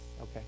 okay